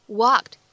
walked